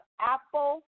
Apple